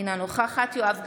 אינה נוכחת יואב גלנט,